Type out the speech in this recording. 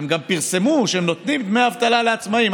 גם הם פרסמו שהם נותנים דמי אבטלה לעצמאים,